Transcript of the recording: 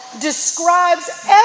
describes